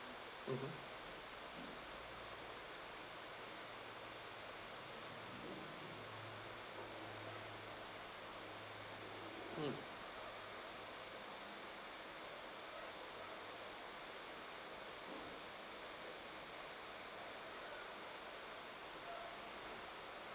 mmhmm mm